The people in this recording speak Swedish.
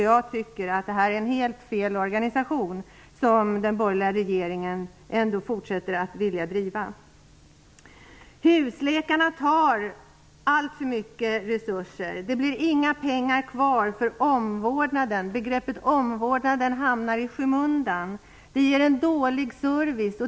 Jag tycker att det är en helt fel organisation som den borgerliga regeringen ändå fortsätter att vilja driva. Husläkarna tar alltför mycket resurser. Det blir inga pengar kvar till omvårdnaden, som hamnar i skymundan. Det ger en dålig service.